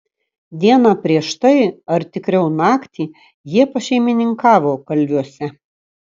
dieną prieš tai ar tikriau naktį jie pašeimininkavo kalviuose